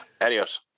Adios